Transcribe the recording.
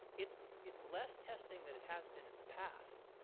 it's it's less testing than it has been in the past.